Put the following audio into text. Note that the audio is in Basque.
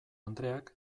andreak